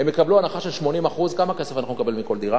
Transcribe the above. הם יקבלו הנחה של 80%. כמה כסף אנחנו נקבל מכל דירה,